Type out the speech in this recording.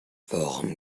worum